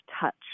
touch